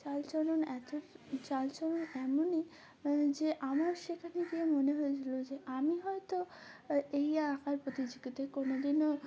চালচলন এত চালচলন এমনই যে আমার সেখানে গিয়ে মনে হয়েছিলো যে আমি হয়তো এই আঁকার প্রতিযোগিতায় কোনোদিনও